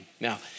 Now